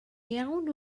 iawn